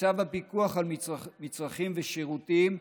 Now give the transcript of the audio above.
וצו הפיקוח על מצרכים ושירותים,